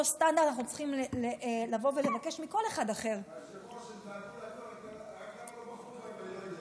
אנחנו צריכים לבוא ולבקש מכל אחד אחר לעמוד בו.